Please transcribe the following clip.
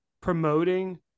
promoting